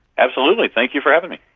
absolutely, thank you for having me